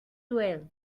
well